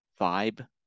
vibe